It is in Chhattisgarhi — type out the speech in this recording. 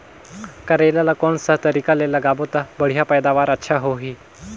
करेला ला कोन सा तरीका ले लगाबो ता बढ़िया पैदावार अच्छा होही?